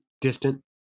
distant